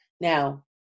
Now